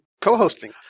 co-hosting